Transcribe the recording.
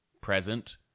present